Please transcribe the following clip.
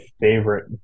favorite